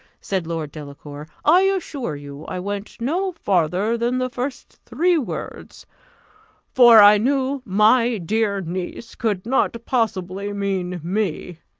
said lord delacour, i assure you i went no farther than the first three words for i knew my dear niece could not possibly mean me.